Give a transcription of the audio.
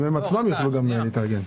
האם התעשיות יוכלו להתארגן.